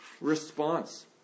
response